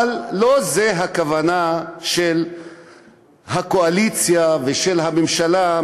אבל לא זאת הכוונה של הקואליציה ושל הממשלה,